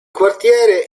quartiere